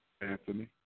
Anthony